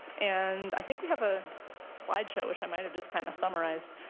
and i think we have a slideshow which i may have just kind of summarized.